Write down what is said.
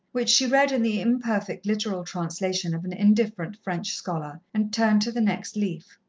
which she read in the imperfect literal translation of an indifferent french scholar, and turned to the next leaf.